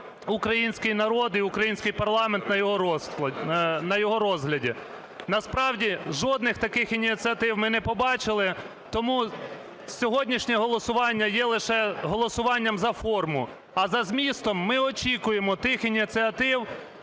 український народ і український парламент на його розгляд. Насправді, жодних таких ініціатив ми не побачили. Тому сьогоднішнє голосування є лише голосуванням за форму, а за змістом, ми очікуємо тих ініціатив,